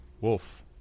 Wolf